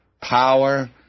power